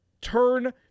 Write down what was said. turn